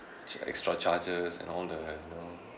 extra charges and all the you know